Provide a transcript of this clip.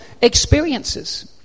experiences